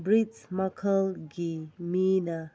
ꯕ꯭ꯔꯤꯠꯁ ꯃꯈꯜꯒꯤ ꯃꯤꯅ